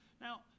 now